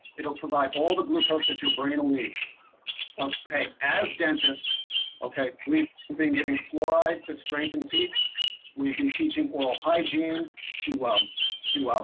it'll provide all the glucose that your brain will need okay as dentists okay we've been giving fluoride to strengthen teeth we've been teaching oral hygiene to um to um